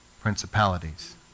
principalities